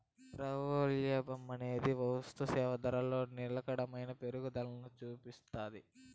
ద్రవ్యోల్బణమనేది వస్తుసేవల ధరలో నిలకడైన పెరుగుదల సూపిస్తాది